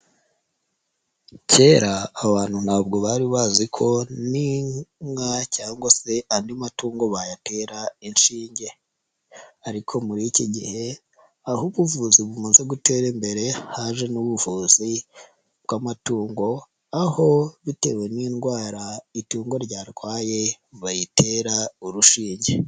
Kera abantu ntabwo bari bazi ko n'inka cyangwa se andi matungo bayatera inshinge ariko muri iki gihe aho ubuvuzi bumaze gutera imbere haje n'ubuvuzi bw'amatungo aho bitewe n'indwara itugwa ryarwaye bayitera urushinge.